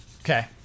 Okay